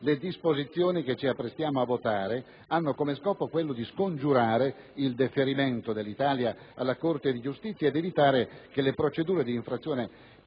Le disposizioni che ci apprestiamo a votare hanno come scopo quello di scongiurare il deferimento dell'Italia alla Corte di giustizia ed evitare che le procedure di infrazione